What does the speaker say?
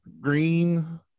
green